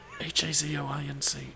H-A-Z-O-I-N-C